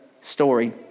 story